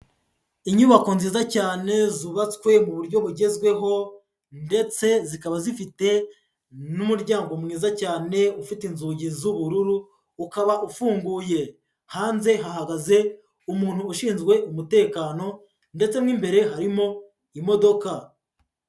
Inyubako nziza cyane zubatswe mu buryo bugezweho ndetse zikaba zifite n'umuryango mwiza cyane ufite inzugi z'ubururu ukaba ufunguye, hanze hahagaze umuntu ushinzwe umutekano ndetse mo imbere harimo imodoka.